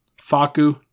Faku